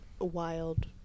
wild